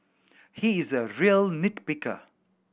he is a real nit picker